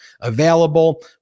available